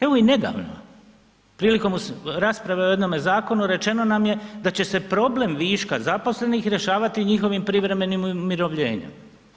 Evo i nedavno prilikom rasprave o jednome zakonu, rečeno nam je da će se problem viška zaposlenih rješavati njihovim privremenim umirovljenjem.